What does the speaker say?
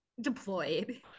deployed